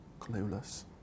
clueless